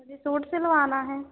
मुझे शूट सिलवाना है